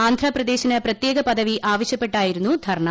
ആന്ധ്രാപ്രദേശിന് പ്രത്യേക പദവി ആവശ്യപ്പെട്ടായിരുന്നു ധർണ